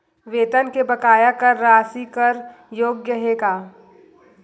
वेतन के बकाया कर राशि कर योग्य हे का?